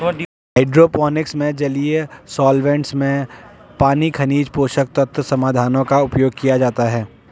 hydroponics में जलीय solvents में पानी खनिज पोषक तत्व समाधानों का उपयोग किया जाता है